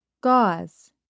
gauze